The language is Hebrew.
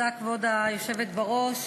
כבוד היושבת בראש,